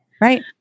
Right